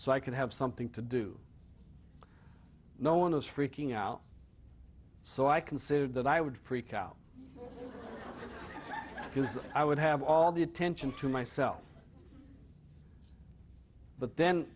so i could have something to do no one is freaking out so i considered that i would freak out i would have all the attention to myself but then